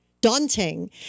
daunting